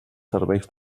serveis